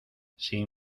sin